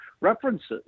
references